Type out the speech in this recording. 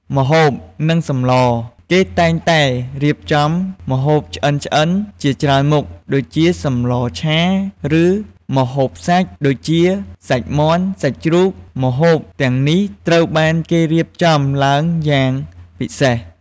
ម្ហូប និងសម្ល គេតែងតែរៀបចំម្ហូបឆ្អិនៗជាច្រើនមុខ ដូចជាសម្លរឆា ឬ ម្ហូបសាច់ ដូចជា សាច់មាន់ សាច់ជ្រូក ម្ហូបទាំងនេះត្រូវបានគេរៀបចំឡើងយ៉ាងពិសេស។